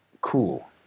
cool